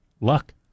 luck